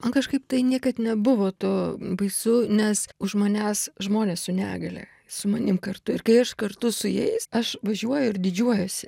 man kažkaip tai niekad nebuvo to baisu nes už manęs žmonės su negalia su manim kartu ir kai aš kartu su jais aš važiuoju ir didžiuojuosi